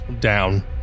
Down